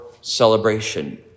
celebration